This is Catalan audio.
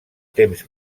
temps